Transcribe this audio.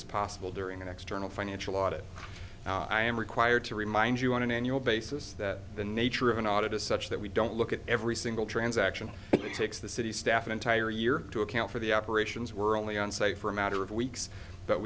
is possible during an external financial audit i am required to remind you want to annual basis that the nature of an audit is such that we don't look at every single transaction it takes the city staff an entire year to account for the operations we're only onsite for a matter of weeks but